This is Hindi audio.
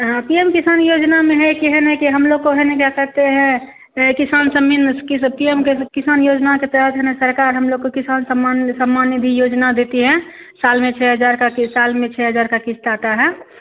यहाँ पी एम किसान योजना में है कि है ना कि हमलोग को है ना कहीं नहीं जा सकते हैं किसान सम्मान की सब की पी एम किसान योजना के तहत है ना सरकार हमलोग को किसान सम्मान सम्मान निधि योजना देती है साल में छह हजार का कि साल में छह हजार की किस्त आती है